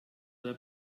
der